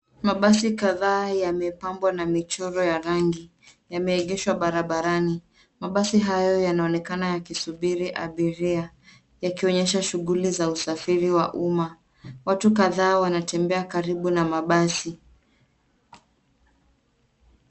Mabasi kadhaa yamepambwa na michoro ya rangi yameegeshwa barabarani. Mabasi hayo yanaonekana yakisubiri abiria yakionyesha shughuli za usafiri wa umma. watu kadhaa wanatembea karibu na mabasi.